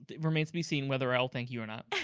it remains to be seen whether i'll thank you or not,